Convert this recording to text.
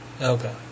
Okay